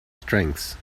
strengths